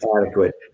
adequate